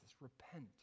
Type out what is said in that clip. repent